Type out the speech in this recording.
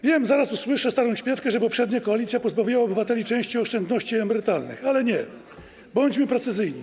Wiem, zaraz usłyszę starą śpiewkę, że poprzednia koalicja pozbawiła obywateli części oszczędności emerytalnych, ale nie, bądźmy precyzyjni.